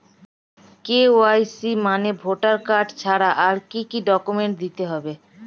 KYC মানে voter card ছাড়া আর কি কি ডকুমেন্ট দিতে হবে?